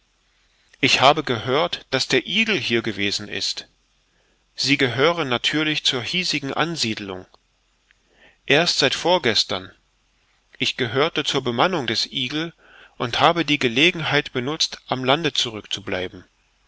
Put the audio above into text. ich habe gehört daß der eagle hier gewesen ist sie gehören natürlich zur hiesigen ansiedelung erst seit vorgestern ich gehörte zur bemannung des eagle und habe die gelegenheit benutzt am lande zurückzubleiben